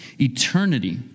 Eternity